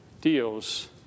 deals